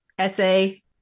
essay